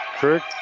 Kirk